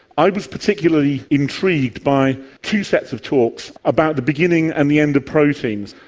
i was particularly intrigued by two sets of talks about the beginning and the end of proteins,